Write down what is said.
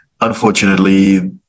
unfortunately